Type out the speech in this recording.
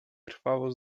krwawo